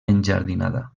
enjardinada